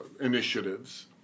initiatives